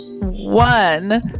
one